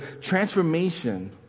Transformation